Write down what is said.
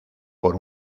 por